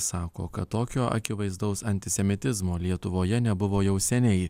sako kad tokio akivaizdaus antisemitizmo lietuvoje nebuvo jau seniai